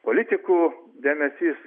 politikų dėmesys